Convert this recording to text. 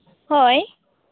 ᱦᱳᱭ